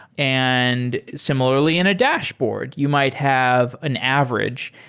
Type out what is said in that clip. and similarly in a dashboard, you might have an average.